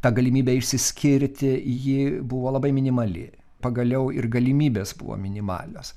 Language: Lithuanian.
ta galimybė išsiskirti ji buvo labai minimali pagaliau ir galimybės buvo minimalios